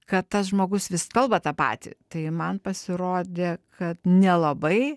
kad tas žmogus vis kalba tą patį tai man pasirodė kad nelabai